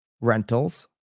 rentals